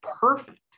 perfect